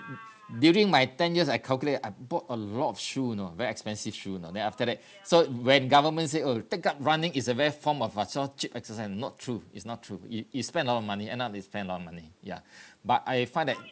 during my ten years I calculate I bought a lot of shoe you know very expensive shoe you know then after that so when government said oh take up running is a very form of uh so cheap exercise not true it's not true you you spend a lot of money end up you spend a lot of money ya but I find that